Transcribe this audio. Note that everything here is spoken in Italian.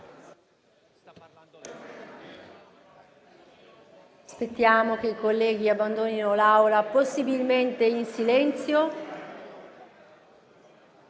Aspettiamo che i colleghi abbandonino l'Aula, possibilmente in silenzio.